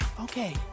okay